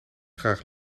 graag